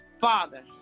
Father